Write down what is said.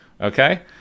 okay